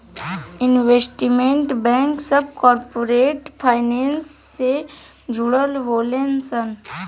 investment bank सभ corporate finance से जुड़ल होले सन